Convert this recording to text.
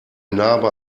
narbe